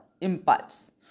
impulse